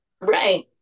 Right